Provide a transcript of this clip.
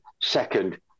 second